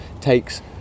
takes